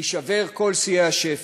הולכים להישבר כל שיאי השפל: